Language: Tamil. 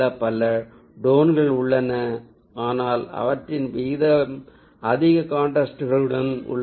பல டோன்கள் உள்ளன ஆனால் அவற்றின் விகிதம் அதிக காண்ட்றாஸ்ட்டுடன் உள்ளது